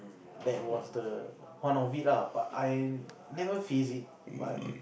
that was the one of it ah but I never face it